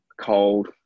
cold